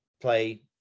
play